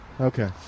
Okay